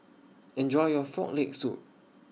Enjoy your Frog Leg Soup